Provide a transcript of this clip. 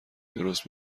درست